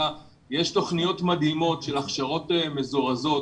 יש תוכניות מדהימות של הכשרות מזורזות